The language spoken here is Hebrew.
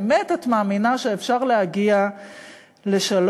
באמת את מאמינה שאפשר להגיע לשלום?